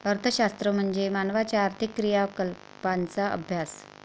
अर्थशास्त्र म्हणजे मानवाच्या आर्थिक क्रियाकलापांचा अभ्यास